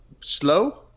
slow